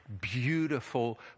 beautiful